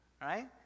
right